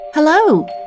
Hello